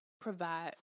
provide